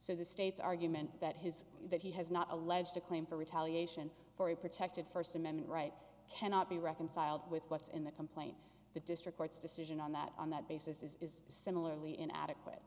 so the state's argument that his that he has not alleged a claim for retaliation for a protected first amendment right cannot be reconciled with what's in the complaint the district court's decision on that on that basis is similarly inadequate